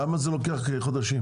למה זה לוקח חודשים?